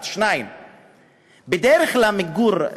1. 2. בדרך למיגור,